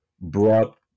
brought